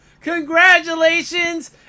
congratulations